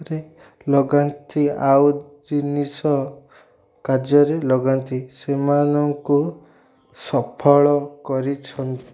ଲଗାନ୍ତି ଆଉ ଜିନିଷ କାର୍ଯ୍ୟରେ ଲଗାନ୍ତି ସେମାନଙ୍କୁ ସଫଳ କରିଛନ୍ତି